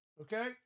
Okay